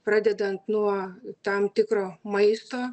pradedant nuo tam tikro maisto